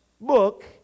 book